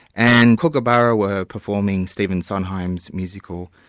and kookaburra were performing stephen sondheim's musical,